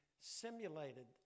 simulated